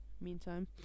meantime